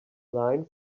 line